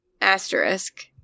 asterisk